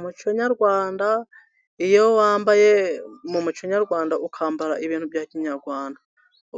Umuco nyarwanda, iyo wambaye mu muco nyarwanda ukambara ibintu bya kinyarwanda,